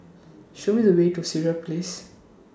Show Me The Way to Sireh Place